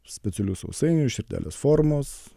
specialius sausainius širdelės formos